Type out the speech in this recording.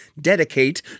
dedicate